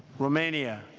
romania,